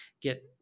get